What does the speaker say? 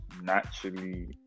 naturally